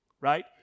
right